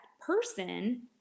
person